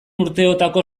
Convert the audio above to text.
urteotako